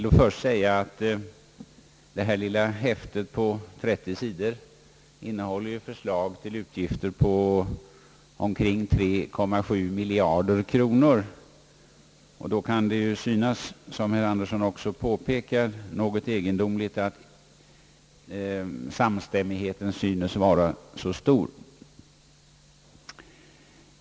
Detta lilla häfte på 30 sidor innehåller förslag till utgifter på omkring 3,7 miljarder kronor, och det kan då, såsom herr Axel Andersson också påpekade, förefalla något egendomligt att samstämmigheten synes vara så stor.